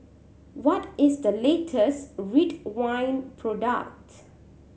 what is the latest Ridwind product